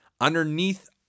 underneath